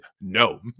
no